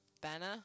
Banner